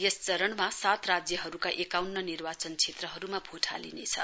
यस चरणमा सात राज्यहरूका एकाउन्न निर्वाचन क्षेत्रहरूमा भोट हालिनेछ